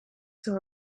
saw